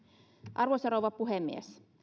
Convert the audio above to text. arvoisa rouva puhemies